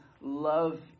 love